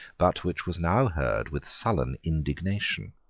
but which was now heard with sullen indignation.